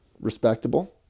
Respectable